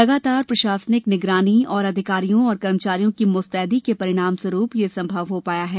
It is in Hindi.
लगातार प्रशासनिक निगरानी और अधिकारियों और कर्मचारियों की मुस्तैदी के परिणाम स्वरूप यह संभव हो पाया है